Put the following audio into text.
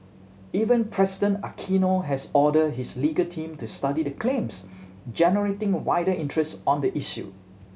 Even President Aquino has ordered his legal team to study the claims generating wider interest on the issue